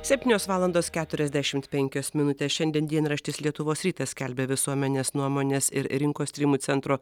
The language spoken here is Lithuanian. septynios valandos keturiasdešimt penkios minutės šiandien dienraštis lietuvos rytas skelbia visuomenės nuomonės ir rinkos tyrimų centro